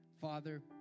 Father